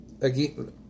again